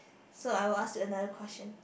so I will ask another question